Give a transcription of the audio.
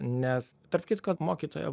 nes tarp kitko mokytoja